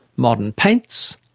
modern paints,